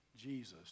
Jesus